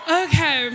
okay